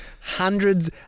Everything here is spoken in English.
hundreds